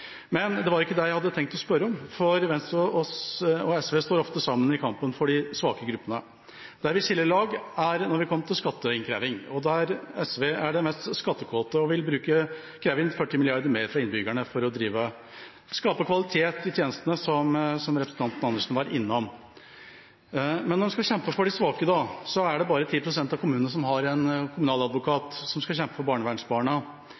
Men det var ikke det jeg hadde tenkt å spørre om, for Venstre og SV står ofte sammen i kampen for de svake gruppene. Der vi skiller lag, er når det kommer til skatteinnkreving, der SV er de mest skattekåte og vil kreve inn 40 mrd. kr mer fra innbyggerne for å skape kvalitet i tjenestene, som representanten Andersen var innom. Men når en skal kjempe for de svake, er det bare 10 pst. av kommunene som har en kommuneadvokat som skal kjempe for barnevernsbarna.